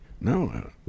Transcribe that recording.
No